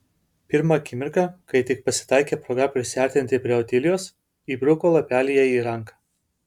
pirmą akimirką kai tik pasitaikė proga prisiartinti prie otilijos įbruko lapelį jai į ranką